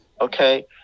Okay